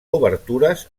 obertures